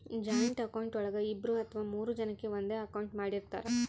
joint account ಒಳಗ ಇಬ್ರು ಅಥವಾ ಮೂರು ಜನಕೆ ಒಂದೇ ಅಕೌಂಟ್ ಮಾಡಿರ್ತರಾ